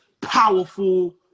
powerful